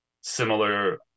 similar